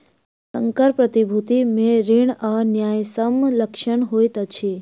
संकर प्रतिभूति मे ऋण आ न्यायसम्य लक्षण होइत अछि